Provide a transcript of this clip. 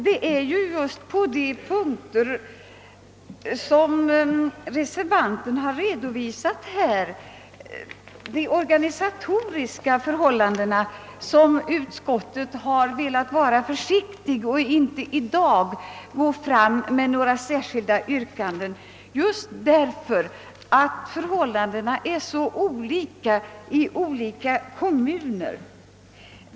Det är bara på de punkter som reservanten här har redovisat och som rör de organisatoriska förhållandena som utskottet har velat vara försiktigt och i dag inte gå fram med några särskilda yrkanden, just därför att förhållandena är så olika i skilda kommuner.